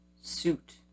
suit